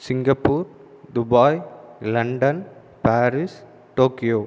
Singapore Dubai London Paris Tokyo